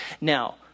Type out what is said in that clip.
Now